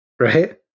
Right